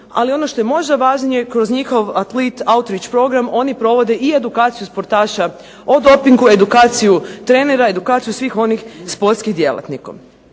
ali ono što je možda najvažnije kroz njihov Athlete outreach program oni provode i edukaciju sportaša i o dopingu edukaciju trenera, edukaciju svih onih sportskih djelatnika.